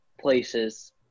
places